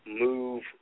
move